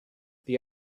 the